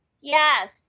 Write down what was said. Yes